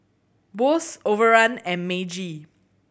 Bose Overrun and Meiji